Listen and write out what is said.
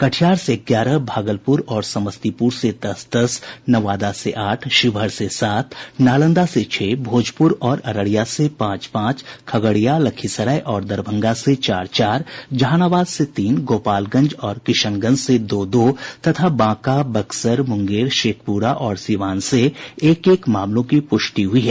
कटिहार से ग्यारह भागलपुर और समस्तीपुर से दस दस नवादा से आठ शिवहर से सात नालंदा से छह भोजपुर और अररिया से पांच पांच खगड़िया लखीसराय और दरभंगा से चार चार जहानाबाद से तीन गोपालगंज और किशनगंज से दो दो तथा बांका बक्सर मुंगेर शेखपुरा और सिवान से एक एक मामलों की पुष्टि हुई है